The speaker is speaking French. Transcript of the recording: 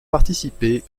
participé